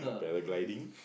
paragliding